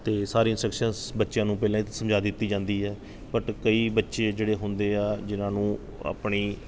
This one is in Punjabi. ਅਤੇ ਸਾਰੀ ਇੰਸਟਰਕਸ਼ਨਸ ਬੱਚਿਆਂ ਨੂੰ ਪਹਿਲਾਂ ਹੀ ਸਮਝਾ ਦਿੱਤੀ ਜਾਂਦੀ ਹੈ ਬੱਟ ਕਈ ਬੱਚੇ ਜਿਹੜੇ ਹੁੰਦੇ ਆ ਜਿਨ੍ਹਾਂ ਨੂੰ ਆਪਣੀ